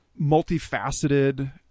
multifaceted